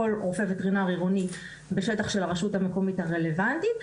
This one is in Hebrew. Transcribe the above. כל רופא וטרינר עירוני בשטח של הרשות המקומית הרלוונטית,